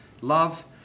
Love